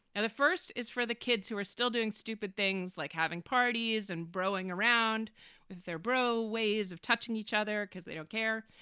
and the first is for the kids who are still doing stupid things, like having parties and borrowing around with their broe ways of touching each other because they don't care.